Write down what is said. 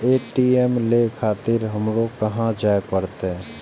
ATM ले खातिर हमरो कहाँ जाए परतें?